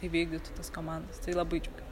įvykdytų tas komandas tai labai džiaugiuo